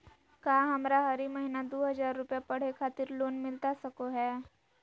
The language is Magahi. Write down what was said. का हमरा हरी महीना दू हज़ार रुपया पढ़े खातिर लोन मिलता सको है?